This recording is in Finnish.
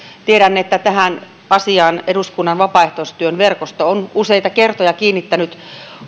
tiedän että tähän asiaan eduskunnan vapaaehtoistyön verkosto on useita kertoja kiinnittänyt